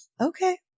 okay